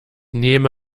nehme